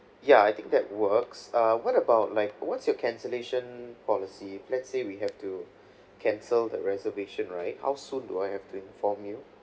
ya I think that works uh what about like what's your cancellation policy if let's say we have to cancel the reservation right how soon do I have to inform you